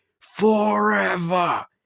forever